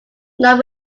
non